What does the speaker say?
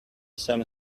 some